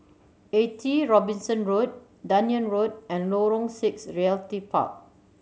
Eighty Robinson Road Dunearn Road and Lorong Six Realty Park